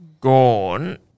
gone